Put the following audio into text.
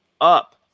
up